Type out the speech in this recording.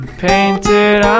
painted